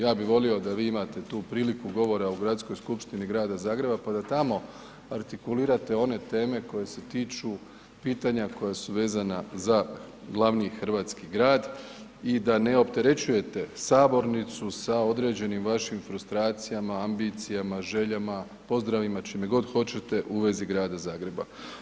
Ja bi volio da vi imate tu priliku govora u Gradskoj skupštini grada Zagreba pa da tamo artikulirate one teme koje se tiču pitanja koja su vezana za glavni hrvatski grad i da ne opterećujete sabornicu sa određenim vašim frustracijama, ambicijama, željama, pozdravima, čime god hoćete u vezi grada Zagreba.